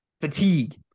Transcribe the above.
Fatigue